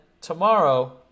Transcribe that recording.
tomorrow